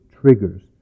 triggers